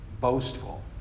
Boastful